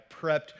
prepped